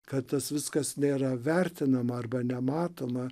kad tas viskas nėra vertinama arba nematoma